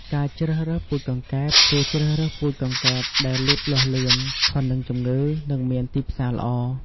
ការជ្រើសរើសពូជកង្កែប គួរជ្រើសរើសពូជកង្កែបដែលលូតលាស់លឿន ធន់នឹងជំងឺ និងមានទីផ្សារល្អ។